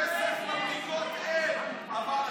של חברי הכנסת אורית מלכה סטרוק,